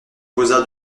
posa